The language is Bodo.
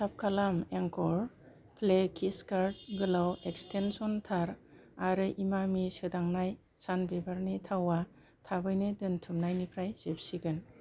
थाब खालाम एंक'र फ्लेक्सिकर्ड गोलाव एक्सटेन्सन थार आरो इमामि सोदांनाय सानबिबारनि थावआ थाबैनो दोनथुमनायनिफ्राय जोबसिगोन